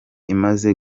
imaze